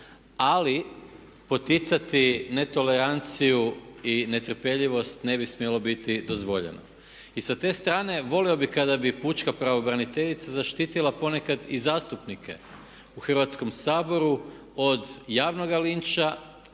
Ali poticati netoleranciju i netrpeljivost ne bi smjelo biti dozvoljeno. I sa te strane volio bih kada bi pučka pravobraniteljica zaštitila ponekad i zastupnike u Hrvatskome saboru od javnoga linča